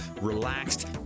relaxed